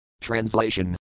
Translation